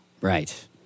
right